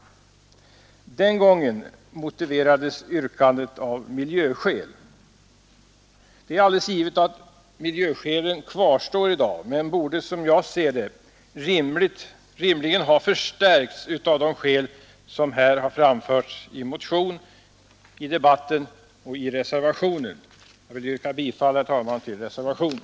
Den gången motiverades yrkandet av miljöskäl. Det är alldeles givet att miljöskälen kvarstår i dag men borde, som jag ser det, rimligen ha förstärkts av de skäl som här har framförts i motionen, debatten och reservationen. Jag vill yrka bifall, herr talman, till reservationen.